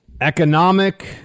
Economic